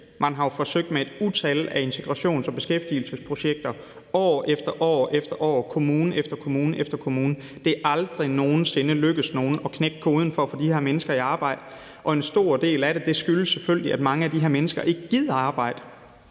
Man har jo forsøgt sig med et utal af integrations- og beskæftigelsesprojekter – år efter år efter år, kommune efter kommune efter kommune. Det er aldrig nogen sinde lykkedes nogen at knække koden for at få de her mennesker i arbejde, og en stor del af det skyldes selvfølgelig, at mange af de her mennesker ikke gider at arbejde.